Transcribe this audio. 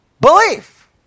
Belief